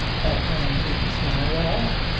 but i needn't marry at all.